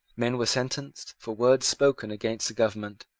men were sentenced, for words spoken against the government,